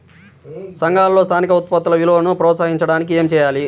సంఘాలలో స్థానిక ఉత్పత్తుల విలువను ప్రోత్సహించడానికి ఏమి చేయాలి?